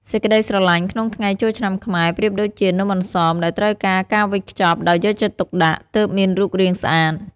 សេចក្ដីស្រឡាញ់ក្នុងថ្ងៃចូលឆ្នាំខ្មែរ ប្រៀបដូចជា "នំអន្សម" ដែលត្រូវការការវេចខ្ចប់ដោយយកចិត្តទុកដាក់ទើបមានរូបរាងស្អាត។